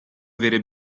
avere